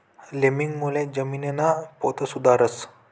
लिमिंगमुळे जमीनना पोत सुधरस